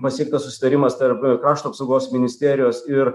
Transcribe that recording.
pasiektas susitarimas tarp krašto apsaugos ministerijos ir